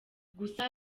gusa